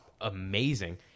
amazing